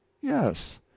Yes